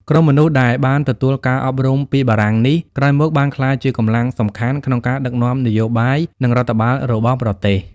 ក្រុមមនុស្សដែលបានទទួលការអប់រំពីបារាំងនេះ ក្រោយមកបានក្លាយជាកម្លាំងសំខាន់ក្នុងការដឹកនាំនយោបាយ និងរដ្ឋបាលរបស់ប្រទេស។